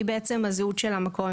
היא בעצם הזהות של המקום,